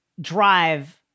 drive